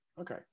Okay